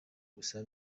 gusa